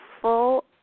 full